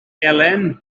elen